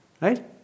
Right